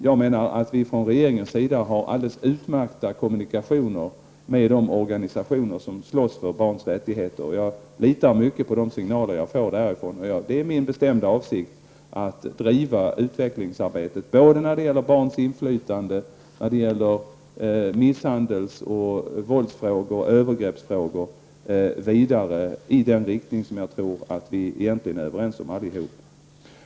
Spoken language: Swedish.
Jag menar att regeringen har utmärkta kommunikationer med de organisationer som slåss för barns rättigheter. Jag litar mycket på de signaler jag får därifrån. Det är min bestämda avsikt att driva på utvecklingsarbetet både när det gäller barns inflytande, när det gäller misshandels-, vålds och övergreppsfrågor i den riktning jag tror vi egentligen är överens om allihop.